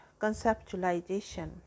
conceptualization